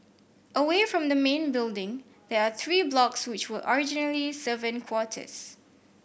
away from the main building there are three blocks which were originally servant quarters